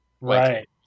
Right